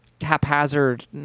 haphazard